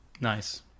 Nice